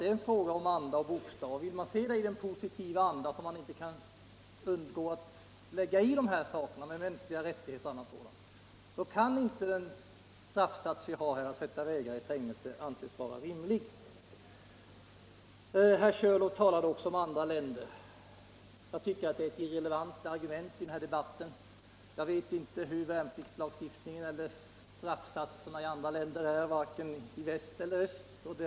Det är ju fråga om anda och bokstav. Vill man tolka deklarationerna i en positiv anda, vilket man inte kan undgå att göra med tanke på bl.a. de mänskliga rättigheterna, kan inte den straffsats vi f. n. har, som innebär att man sätter vägrarna i fängelse, anses vara rimlig. Herr Körlof talade också om andra länder. Enligt min mening är detta ett irrelevant argument i den här debatten. Jag vet inte hur värnplikts lagarna eller straffsatserna är utformade i andra länder, varken i väst — Nr 31 eller i öst.